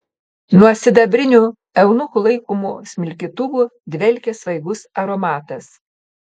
nuo sidabrinių eunuchų laikomų smilkytuvų dvelkė svaigus aromatas